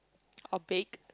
or bake